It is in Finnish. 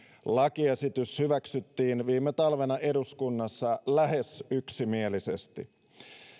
lakiesitys hyväksyttiin viime talvena eduskunnassa lähes yksimielisesti